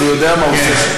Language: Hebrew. הוא יודע מה הוא עושה.